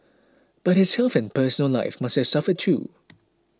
but his health and personal life have suffered too